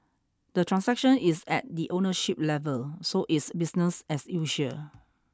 the transaction is at the ownership level so it's business as usual